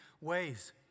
ways